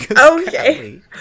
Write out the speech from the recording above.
Okay